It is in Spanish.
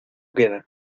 quedan